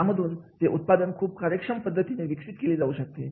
यामधून ते उत्पादन खूप कार्यक्षम पद्धतीने विकसित केले जाऊ शकते